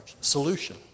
solution